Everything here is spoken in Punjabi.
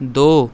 ਦੋ